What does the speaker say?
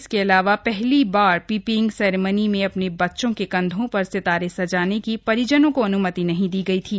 इसके अलावा पहली बार पीपिंग सेरेमनी में अपने बच्चों के कंधों पर सितारे सजाने की परिजनों को अन्मति नहीं दी गई थी